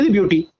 Beauty